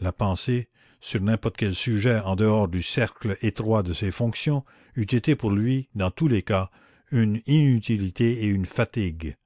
la pensée sur n'importe quel sujet en dehors du cercle étroit de ses fonctions eût été pour lui dans tous les cas une inutilité et une fatigue